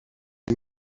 est